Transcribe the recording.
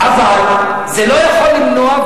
אבל זה לא יכול למנוע.